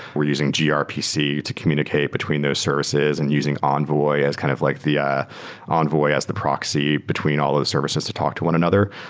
we're using ah grpc to communicate between those services and using envoy as kind of like the yeah envoy as the proxy between all those services to talk to one another.